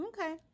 Okay